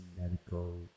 medical